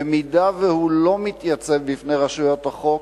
במידה שהוא לא מתייצב בפני רשויות החוק,